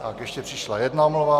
Pak ještě přišla jedna omluva.